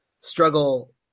struggle